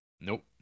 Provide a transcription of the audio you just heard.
Nope